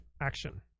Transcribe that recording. action